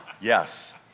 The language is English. yes